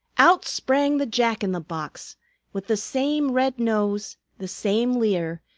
out sprang the jack-in-the-box, with the same red nose, the same leer,